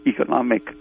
economic